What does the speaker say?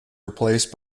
replaced